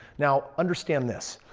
now, understand this.